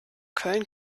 köln